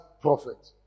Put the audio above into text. prophet